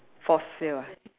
for sale ah